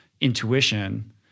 intuition